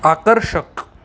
आकर्षक